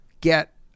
get